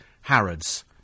Harrods